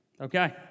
Okay